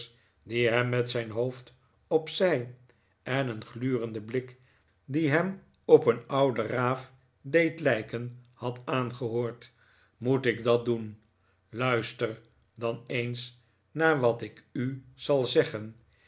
die hem met zijn hoofd op zij en een glurenden blik die hem op een oude raaf deed lijken had aangehoord moet ik dat doen luister dan eens naar wat ik u zal zeggen